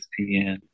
ESPN